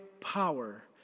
power